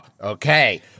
okay